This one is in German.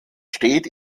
steht